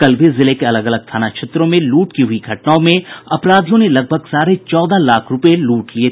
कल भी जिले के अलग अलग थाना क्षेत्रों में लूट की हुई घटनाओं में अपराधियों ने लगभग साढ़े चौदह लाख रूपये लूट लिए थे